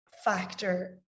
factor